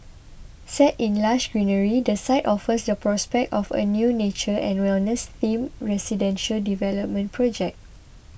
set in lush greenery the site offers the prospect of a new nature and wellness themed residential development project